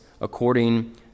according